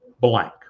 blank